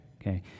okay